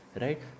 right